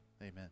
amen